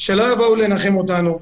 שלא יבואו לנחם אותנו.